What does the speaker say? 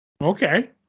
Okay